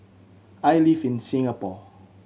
I live in Singapore